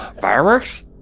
Fireworks